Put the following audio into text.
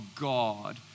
God